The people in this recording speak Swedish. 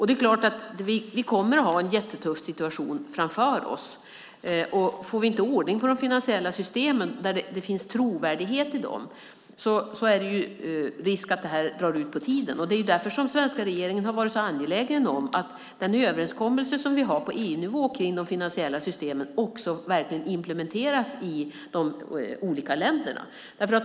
Det är klart att vi kommer att ha en jättetuff situation framför oss, och får vi inte ordning på de finansiella systemen så att det finns trovärdighet i dem är det risk att det här drar ut på tiden. Det är därför som den svenska regeringen har varit så angelägen om att den överenskommelse som vi har på EU-nivå kring de finansiella systemen också verkligen implementeras i de olika länderna.